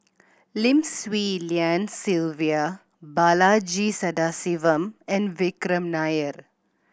Lim Swee Lian Sylvia Balaji Sadasivan and Vikram Nair